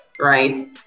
right